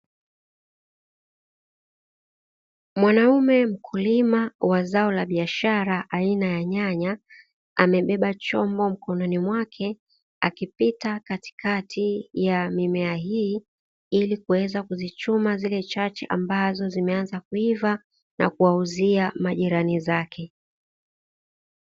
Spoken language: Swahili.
Mwanaume mkulima za zao la biashara aina ya nyanya amebeba chombo mikononi mwake akipita katikati ya mimea hii ili kuweza kuzichuma ambazo zimeanza kuiva na kuwauzia majirani zake.